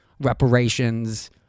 reparations